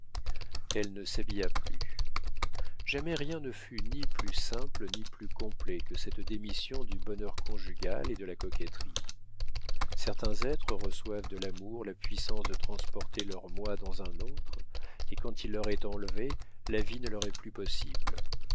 elle ne s'habilla plus jamais rien ne fut ni plus simple ni plus complet que cette démission du bonheur conjugal et de la coquetterie certains êtres reçoivent de l'amour la puissance de transporter leur moi dans un autre et quand il leur est enlevé la vie ne leur est plus possible